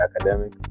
academic